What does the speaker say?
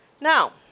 Now